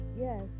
Yes